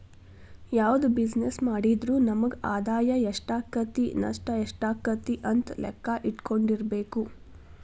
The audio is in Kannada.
ಯಾವ್ದ ಬಿಜಿನೆಸ್ಸ್ ಮಾಡಿದ್ರು ನಮಗ ಆದಾಯಾ ಎಷ್ಟಾಕ್ಕತಿ ನಷ್ಟ ಯೆಷ್ಟಾಕ್ಕತಿ ಅಂತ್ ಲೆಕ್ಕಾ ಇಟ್ಕೊಂಡಿರ್ಬೆಕು